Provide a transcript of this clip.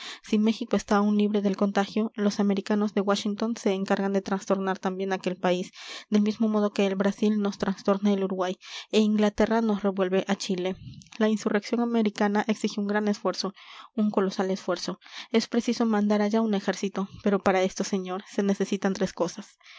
si méjico está aún libre del contagio los americanos de washington se encargan de trastornar también aquel país del mismo modo que el brasil nos trastorna el uruguay e inglaterra nos revuelve a chile la insurrección americana exige un gran esfuerzo un colosal esfuerzo es preciso mandar allá un ejército pero para esto señor se necesitan tres cosas